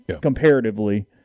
comparatively